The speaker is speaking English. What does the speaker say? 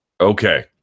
okay